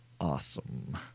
awesome